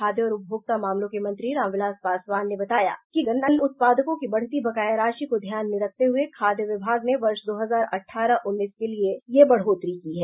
खाद्य और उपभोक्ता मामलों के मंत्री रामविलास पासवान ने बताया कि गन्ना उत्पादकों की बढ़ती बकाया राशि को ध्यान में रखते हुए खाद्य विभाग ने वर्ष दो हजार अठारह उन्नीस के लिए यह बढ़ोत्तरी कीं है